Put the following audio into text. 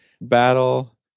battle